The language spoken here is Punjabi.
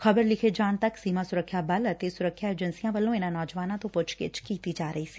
ਖ਼ਬਰ ਲਿਖੇ ਜਾਣ ਤੱਕ ਸੀਮਾ ਸੁਰੱਖਿਆ ਬਲ ਅਤੇ ਸੁਰੱਖਿਆ ਏਜੰਸੀਆਂ ਵੱਲੋਂ ਇਨਾਂ ਨੌਜਵਾਨਾਂ ਤੋਂ ਪੁੱਛਗਿੱਛ ਕੀਤੀ ਜਾ ਰਹੀ ਏ